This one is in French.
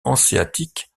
hanséatique